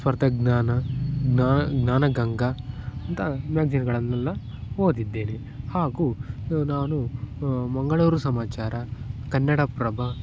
ಸ್ಪರ್ಧಾಜ್ಞಾನ ಜ್ಞಾ ಜ್ಞಾನಗಂಗಾ ಅಂಥ ಮ್ಯಾಗ್ಜಿನ್ಗಳನ್ನೆಲ್ಲ ಓದಿದ್ದೇನೆ ಹಾಗೂ ನಾನು ಮಂಗಳೂರು ಸಮಾಚಾರ ಕನ್ನಡಪ್ರಭ